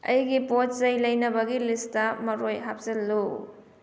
ꯑꯩꯒꯤ ꯄꯣꯠꯆꯩ ꯂꯩꯅꯕꯒꯤ ꯂꯤꯁꯇ ꯃꯔꯣꯏ ꯍꯥꯞꯆꯜꯂꯨ